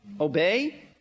obey